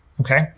Okay